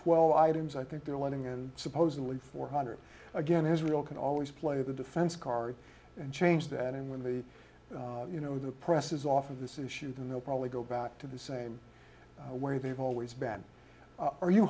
twelve i don't i think they're learning and supposedly four hundred again israel can always play the defense card and change that in when they you know the press is off of this issue and they'll probably go back to the same way they've always been are you